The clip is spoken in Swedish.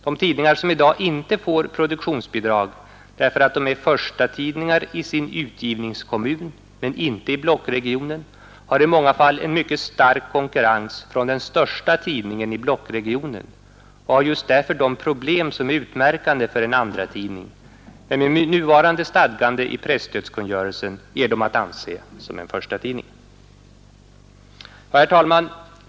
De tidningar som i dag inte får produktionsbidrag därför att de är förstatidningar i sin utgivningskommun, men inte i blockregionen, har i många fall en mycket stark konkurrens från den största tidningen i blockregionen. Just därför har de de problem som är utmärkande för en andratidning. Enligt nuvarande stadgande i presstödskungörelsen är de dock att anse som förstatidningar. Herr talman!